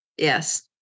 Yes